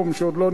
שעוד לא נגמר,